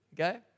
Okay